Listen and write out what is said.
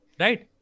Right